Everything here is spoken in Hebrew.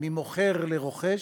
ממוכר לרוכש,